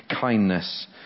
kindness